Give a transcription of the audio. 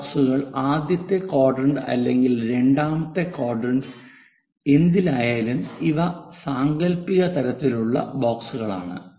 ഈ ബോക്സുകൾ ആദ്യത്തെ ക്വാഡ്രന്റ് അല്ലെങ്കിൽ രണ്ടാമത്തെ ക്വാഡ്രന്റ് എന്തിലായാലും ഇവ സാങ്കൽപ്പിക തരത്തിലുള്ള ബോക്സുകളാണ്